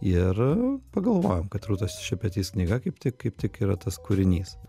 ir pagalvojom kad rūtos šepetys knyga kaip tik kaip tik yra tas kūrinys